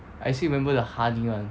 I still remember the honey [one]